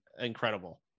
incredible